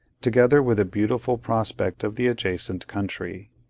together with a beautiful prospect of the adjacent country.